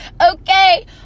Okay